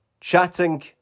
chatting